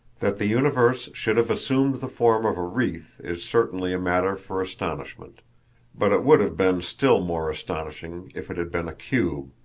that the universe should have assumed the form of a wreath is certainly a matter for astonishment but it would have been still more astonishing if it had been a cube,